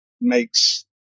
makes